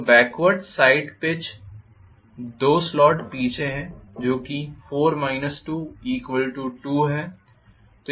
तो backward side pitch 2 slot पीछे है जो कि 4 22 है